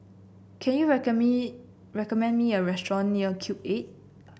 can you recommend me a restaurant near Cube Eight